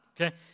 okay